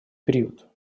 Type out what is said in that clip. период